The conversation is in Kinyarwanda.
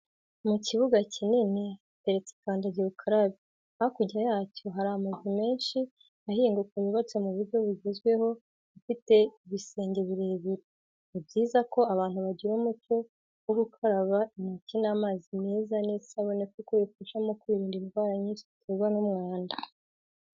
Mu kibuga kinini hateretse kandagira ukarabe, hakurya yacyo hari amazu menshi ahinguka yubatse mu buryo bugezweho afite ibisenge birebire, ni byiza ko abantu bagira umuco wo gukaraba intoki n'amazi meza n'isabuni kuko bifasha mu kwirinda indwara nyinshi ziterwa n'umwanda.